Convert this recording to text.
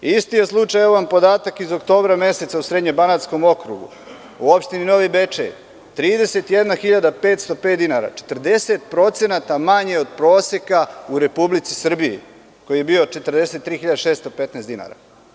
Isti je slučaj, a ovo je podatak iz oktobra meseca u srednje banatskom okrugu u opštini Novi Bečej, 31.505 dinara, 40% manje od proseka u Republici Srbiji koji je bio 43.615. dinara.